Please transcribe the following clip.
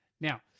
Now